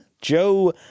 Joe